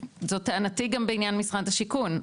זו טענתי גם בעניין משרד השיכון,